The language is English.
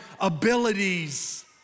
abilities